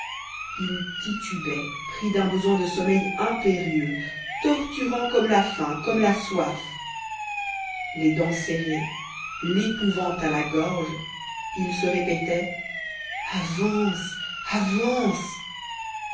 il titubait pris d'un besoin de sommeil impérieux torturant comme la faim comme la soif les dents serrées l'épouvante à la gorge il se répétait avance avance